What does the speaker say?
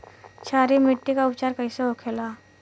क्षारीय मिट्टी का उपचार कैसे होखे ला?